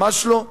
ממש לא.